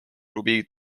klubi